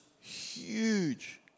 huge